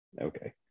okay